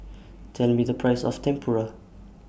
Tell Me The Price of Tempura